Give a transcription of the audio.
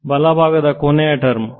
ಸರಿ ಬಲಭಾಗದ ಕೊನೆಯ ಟರ್ಮ್